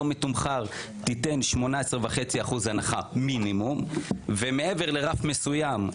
לא מתומחר תיתן מינימום 18.5% הנחה ומעבר לרף מסוים,